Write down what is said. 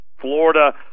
Florida